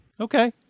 Okay